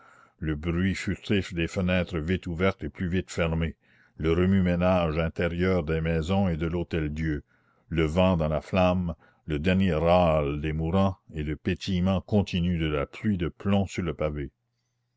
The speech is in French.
le bruit furtif des fenêtres vite ouvertes et plus vite fermées le remue-ménage intérieur des maisons et de l'hôtel-dieu le vent dans la flamme le dernier râle des mourants et le pétillement continu de la pluie de plomb sur le pavé